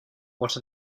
what